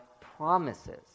promises